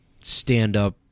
stand-up